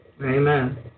Amen